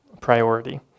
Priority